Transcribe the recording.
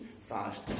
fast